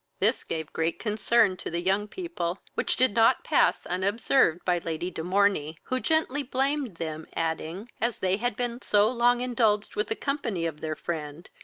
this gave great concern to the young people, which did not pass unobserved by lady de morney, who gently blamed them, adding, as they had been so long indulged with the company of their friend,